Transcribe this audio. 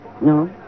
No